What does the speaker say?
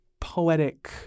poetic